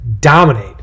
dominate